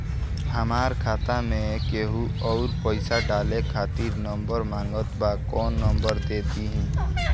हमार खाता मे केहु आउर पैसा डाले खातिर नंबर मांगत् बा कौन नंबर दे दिही?